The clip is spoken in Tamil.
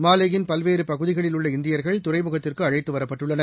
மாலேயின் பல்வேறு பகுதிகளில் உள்ள இந்தியர்கள் துறைமுகத்திற்கு அழைத்து வரப்பட்டுள்ளனர்